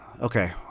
Okay